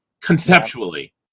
conceptually